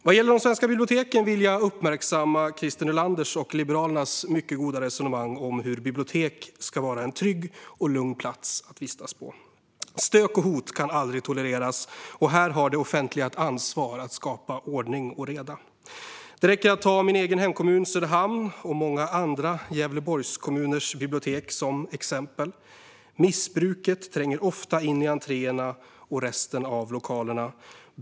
Vad gäller de svenska biblioteken vill jag uppmärksamma Christer Nylanders och Liberalernas mycket goda resonemang om hur biblioteket ska vara en trygg och lugn plats att vistas på. Stök och hot kan aldrig tolereras, och här har det offentliga ett ansvar att skapa ordning och reda. Det räcker att ta biblioteken i min egen hemkommun Söderhamn och i många andra Gävleborgskommuner som exempel: Missbruket tränger ofta in i entréerna och resten av lokalerna.